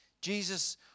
Jesus